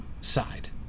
side